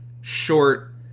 short